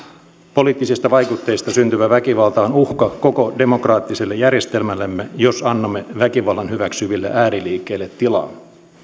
poliittisista vaikutteista syntyvä väkivalta on uhka koko demokraattiselle järjestelmällemme jos annamme väkivallan hyväksyville ääriliikkeille tilaa